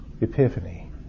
epiphany